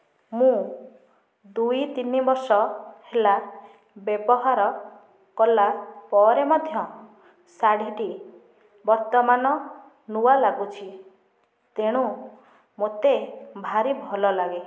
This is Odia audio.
ମୁଁ ଦୁଇ ତିନି ବର୍ଷ ହେଲା ବ୍ୟବହାର କଲା ପରେ ମଧ୍ୟ ଶାଢ଼ୀଟି ବର୍ତ୍ତମାନ ନୂଆ ଲାଗୁଛି ତେଣୁ ମୋତେ ଭାରି ଭଲ ଲାଗେ